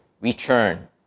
return